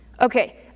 Okay